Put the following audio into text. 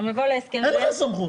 אין לך סמכות.